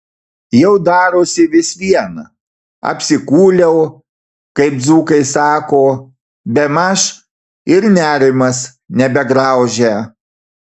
jau darosi vis vien apsikūliau kaip dzūkai sako bemaž ir nerimas nebegraužia